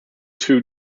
two